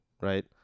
right